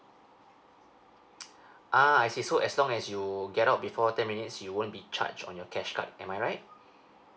ah I see so as long as you get out before ten minutes you won't be charged on your cash card am I right